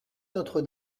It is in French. notre